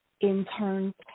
interns